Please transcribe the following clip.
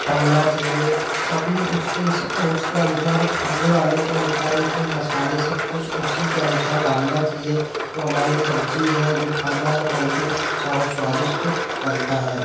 तलना चाहिए सभी उसके उसके अनुसार हो खाने वाले के अनुसार ही उसमें मसाले सब कुछ उसी के अनुसार डालना चाहिए तो हमारी सब्जी है जो खाना है बहुत ही अच्छा और स्वादिष्ट बनता है